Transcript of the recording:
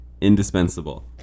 Indispensable